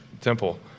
temple